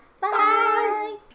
Bye